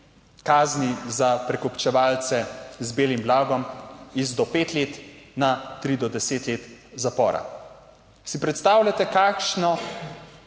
kazni za prekupčevalce z belim blagom iz do 5 let na 3 do 10 let zapora. Si predstavljate, kakšno